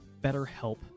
BetterHelp